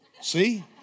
See